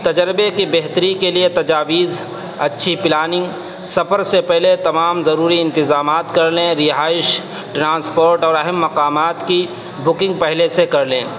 تجربے کے بہتری کے لیے تجاویز اچھی پلاننگ سفر سے پہلے تمام ضروری انتظامات کر لیں رہائش ٹرانسپورٹ اور اہم مقامات کی بکنگ پہلے سے کر لیں